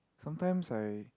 sometimes I